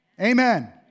Amen